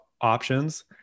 options